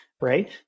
Right